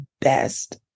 best